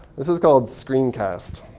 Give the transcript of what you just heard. this is called screencast.